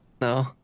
no